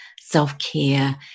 self-care